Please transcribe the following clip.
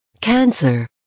cancer